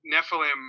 Nephilim